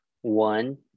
one